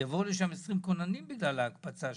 ויבואו לשם 20 כוננים בגלל ההקפצה שלכם?